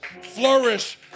flourish